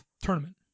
tournament